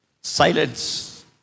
Silence